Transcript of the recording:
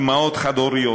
אימהות חד-הוריות,